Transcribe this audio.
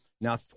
Now